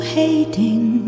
hating